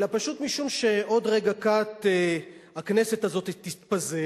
אלא פשוט משום שעוד רגע קט הכנסת הזאת תתפזר,